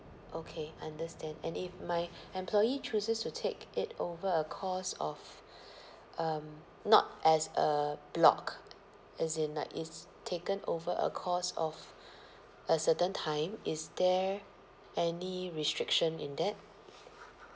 okay understand and if my employee chooses to take it over a course of um not as a block as in like it's taken over a course of a certain time is there any restriction in that